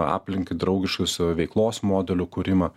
aplinkai draugiškos veiklos modelių kūrimą